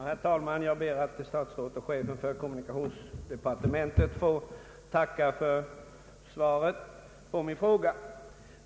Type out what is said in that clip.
Herr talman! Jag ber att få tacka statsrådet och chefen för kommunikationsdepartementet för svaret på min fråga.